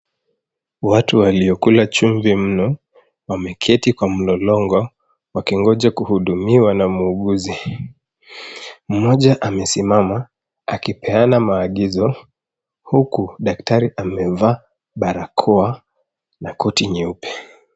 Watu waliokula chumvi mno wameketi kwa mlolongo wakingoja kuhudumiwa na muuguzi. Mmoja amesimama akipeana maagizo, huku daktari amevaa barakoa na koti nyeupe.